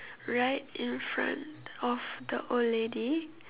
right in front of the old lady